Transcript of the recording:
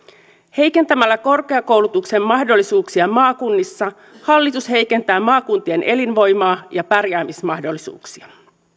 heikentämällä korkeakoulutuksen mahdollisuuksia maakunnissa hallitus heikentää maakuntien elinvoimaa ja pärjäämismahdollisuuksia